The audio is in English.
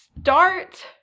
start